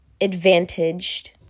advantaged